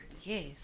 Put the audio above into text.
Yes